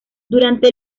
durante